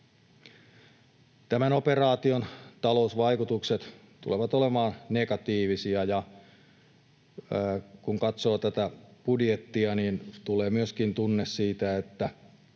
Tämän operaation talousvaikutukset tulevat olemaan negatiivisia. Kun katsoo tätä budjettia, tulee myöskin tunne siitä, että